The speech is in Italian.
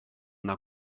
una